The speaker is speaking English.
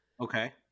Okay